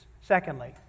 Secondly